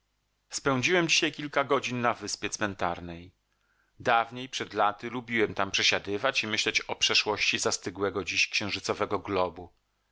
spędziłem dzisiaj kilka godzin na wyspie cmentarnej dawniej przed laty lubiłem tam przesiadywać i myśleć o przeszłości zastygłego dziś księżycowego globu